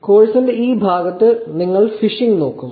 കോഴ്സിന്റെ ഈ ഭാഗത്ത് നിങ്ങൾ ഫിഷിംഗ് നോക്കും